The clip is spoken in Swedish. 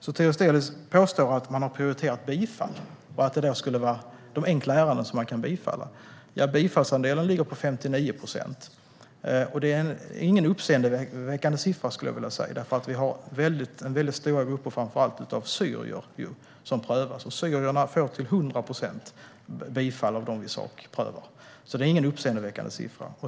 Sotiris Delis påstår att man har prioriterat enkla ärenden som man kan bifalla. Bifallsandelen ligger på 59 procent, och det är ingen uppseendeväckande siffra. Det är väldigt stora grupper av syrier som prövas, och de får till 100 procent bifall i de fall som prövas. Så det är ingen uppseendeväckande siffra.